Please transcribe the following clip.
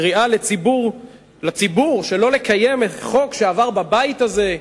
קריאה לציבור שלא לקיים חוק שעבר בבית הזה,